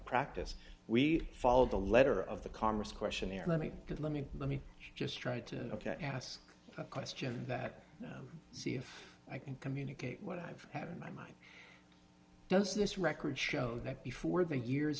practice we follow the letter of the commerce questionnaire let me get let me let me just try to ask a question that see if i can communicate what i've had in my mind does this record show that before the years